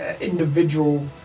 individual